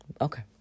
okay